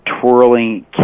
Twirling